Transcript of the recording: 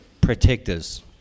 protectors